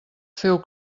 feu